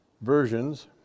versions